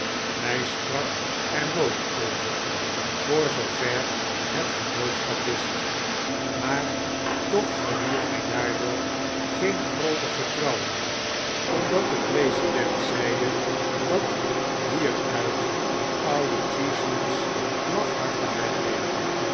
hj sprak er nooit over voor zoover het genootschap wist maar toch verwierf hjj daardoor geen grooter vertrouwen omdat de president zeide dat hieruit oude cheeseman's lafhartigheid